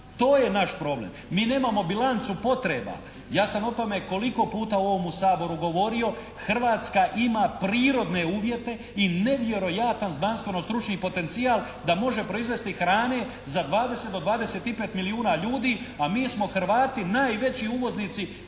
To je naš problem. Mi nemamo bilancu potreba. Ja sam o tome koliko puta u ovome Saboru govorio. Hrvatska ima prirodne uvjete i nevjerojatan znanstveno-stručni potencijal da može proizvesti hrane za 20 do 25 milijuna ljudi, a mi smo Hrvati najveći uvoznici